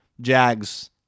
Jags